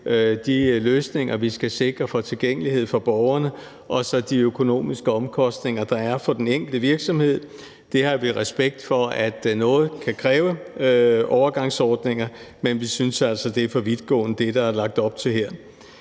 de løsninger, vi skal sikre for tilgængelighed for borgerne, og de økonomiske omkostninger, der er for den enkelte virksomhed. Vi har respekt for, at der er noget, der kan kræve overgangsordninger, men vi synes altså, at det, der er lagt op til, er